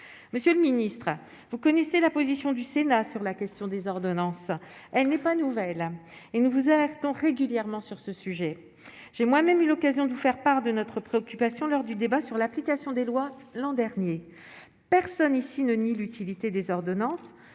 monsieur le ministre, vous connaissez la position du Sénat sur la question des ordonnances, elle n'est pas nouvelle et nous vous achetons régulièrement sur ce sujet, j'ai moi-même eu l'occasion de vous faire part de notre préoccupation lors du débat sur l'application des lois, l'an dernier, personne ici ne ni l'utilité des ordonnances